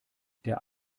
der